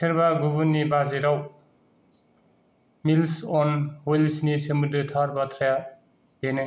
सोरबा गुबुननि बाजेटआव मिल्स अन ह्विइल्सनि सोमोन्दो थार बाथ्राया बेनो